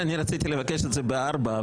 שאני רציתי לבקש את זה ב-16:00,